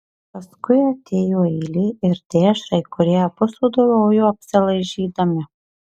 paskui atėjo eilė ir dešrai kurią abu sudorojo apsilaižydami